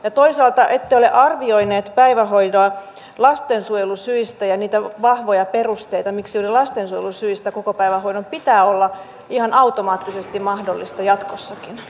ja toisaalta ette ole arvioineet päivähoitoa lastensuojelusyistä niitä vahvoja perusteita miksi juuri lastensuojelusyistä kokopäivähoidon pitää olla ihan automaattisesti mahdollista jatkossakin